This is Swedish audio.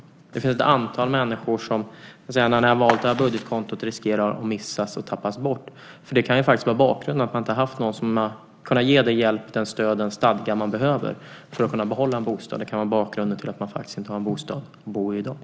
Det finns ett antal människor som, när ni har valt det här budgetkontot, riskerar att missas och tappas bort. Att man inte har haft någon som har kunnat ge den hjälp, det stöd och den stadga man behöver för att kunna behålla en bostad kan faktiskt vara bakgrunden till att man inte har en bostad att bo i i dag.